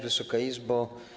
Wysoka Izbo!